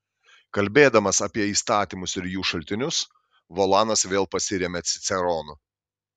kalbėdamas apie įstatymus ir jų šaltinius volanas vėl pasiremia ciceronu